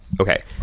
okay